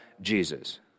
Jesus